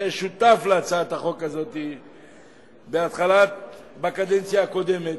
שהיה שותף להצעת החוק הזאת בקדנציה הקודמת,